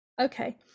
Okay